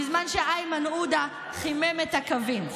בזמן שאיימן עודָה חימם את הקווים.